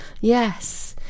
yes